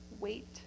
Wait